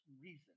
reason